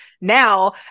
now